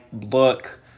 look